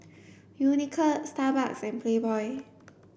Unicurd Starbucks and Playboy